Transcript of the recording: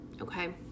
Okay